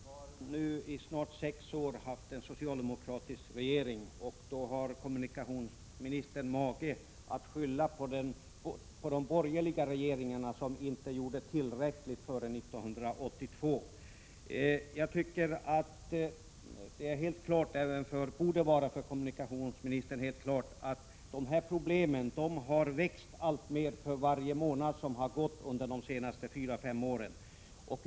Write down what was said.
Herr talman! Vi har nu i snart sex år haft en socialdemokratisk regering, och ändå har kommunikationsministern mage att beskylla de borgerliga regeringarna för att de inte skulle ha gjort tillräckligt före 1982. Det borde vara helt klart även för kommunikationsministern att dessa problem har växt för varje månad under de senaste fyra fem åren.